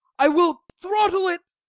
i will throttle it.